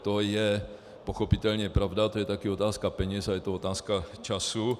To je pochopitelně pravda, to je taky otázka peněz a je to otázka času.